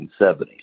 1970s